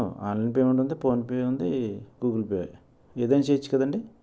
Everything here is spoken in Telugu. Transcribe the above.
ఆన్లైన్ పేమెంట్ ఉంది ఫోన్ పే ఉంది గూగుల్ పే ఏదైనా చేయవచ్చు కదా అండి